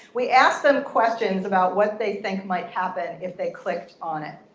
we asked them questions about what they think might happen if they clicked on it.